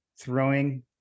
throwing